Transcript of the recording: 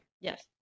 Yes